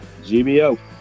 GBO